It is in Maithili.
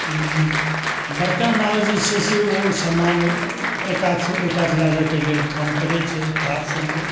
बड़का नाव जे छै से ओ समान एहि कात सॅं ओहि कात लऽ जाएके लेल काम करै छै धार सभमे